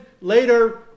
later